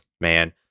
man